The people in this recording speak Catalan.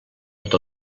tot